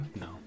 No